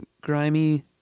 grimy